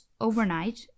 overnight